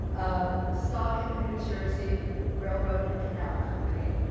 a stock in the new jersey railroad and canal company,